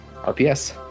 RPS